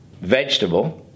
vegetable—